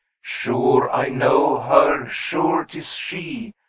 sure i know her, sure tis she,